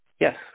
Yes